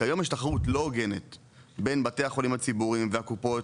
כי היום יש תחרות לא הוגנת בין בתי החולים הציבוריים והקופות